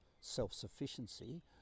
self-sufficiency